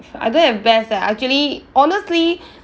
I don't have best leh actually honestly